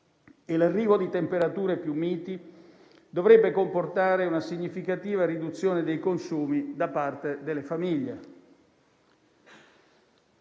e l'arrivo di temperature più miti dovrebbe comportare una significativa riduzione dei consumi da parte delle famiglie.